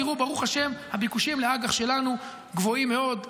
תראו, ברוך השם, הביקושים לאג"ח שלנו גבוהים מאוד.